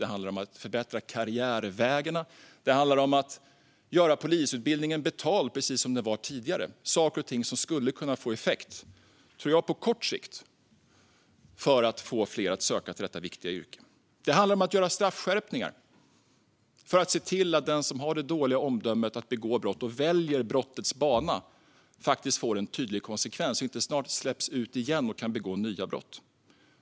Det handlar om att förbättra karriärvägarna. Det handlar om att göra polisutbildningen betald, precis som den var tidigare. Det är saker och ting som jag tror skulle kunna få effekt på kort sikt för att få fler att söka till detta viktiga yrke. Det handlar om straffskärpningar för att se till att den som har det dåliga omdömet att begå brott och som väljer brottets bana får en tydlig konsekvens och inte snart släpps ut igen och kan begå nya brott.